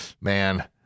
man